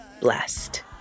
blessed